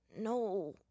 No